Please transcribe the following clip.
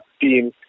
team